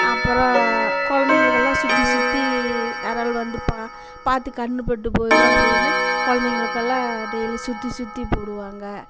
அப்புறம் கொழந்தைங்களுக்கெல்லாம் சுற்றி சுற்றி யாராலும் வந்து பா பார்த்து கண்ணுப்பட்டு போயிடும் அப்படின்னு கொழந்தைங்களுக்கெல்லாம் டெய்லி சுற்றி சுற்றி போடுவாங்க